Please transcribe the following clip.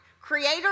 creator